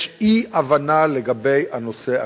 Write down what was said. יש אי-הבנה לגבי הנושא הכלכלי.